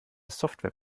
software